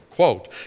Quote